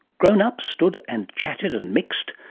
grown ups stood and chatted and mixed,